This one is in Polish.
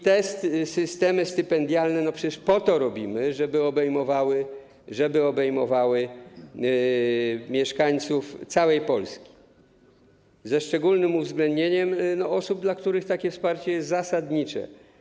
Te systemy stypendialne przecież po to robimy, żeby obejmowały mieszkańców całej Polski, ze szczególnym uwzględnieniem osób, dla których takie wsparcie jest zasadnicze.